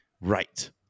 right